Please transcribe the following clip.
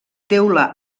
teula